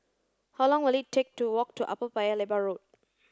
how long will it take to walk to Upper Paya Lebar Road